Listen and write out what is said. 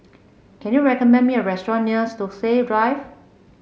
can you recommend me a restaurant near Stokesay Drive